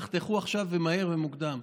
תחתכו עכשיו ומהר ומוקדם.